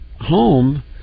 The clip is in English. home